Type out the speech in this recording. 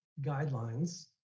guidelines